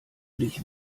dich